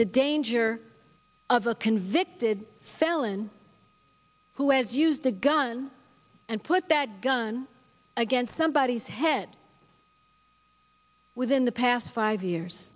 the danger of a convicted felon who has used a gun and put that gun against somebody whose head within the past five years